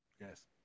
Yes